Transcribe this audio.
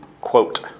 quote